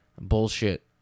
bullshit